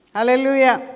Hallelujah